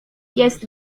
jest